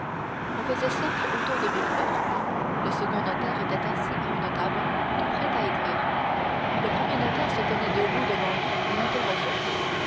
on faisait cercle autour de villefort le second notaire était assis à une table tout prêt à écrire le premier notaire se tenait debout devant lui et interrogeait